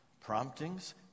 promptings